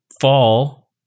Fall